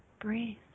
Breathe